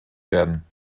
werden